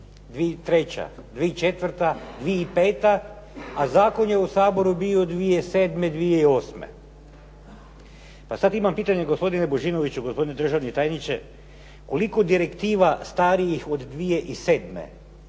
2003., 2004., 2005. a zakon je u Saboru bio 2007., 2008. Pa sad imam pitanje gospodine Bužinoviću, gospodine državni tajniče koliko direktiva starijih od 2007.